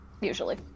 Usually